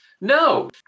No